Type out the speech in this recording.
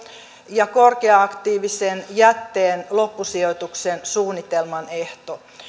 ja korkea aktiivisen jätteen loppusijoituksen suunnitelman ehto